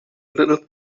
little